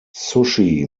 sushi